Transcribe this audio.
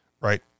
right